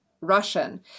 Russian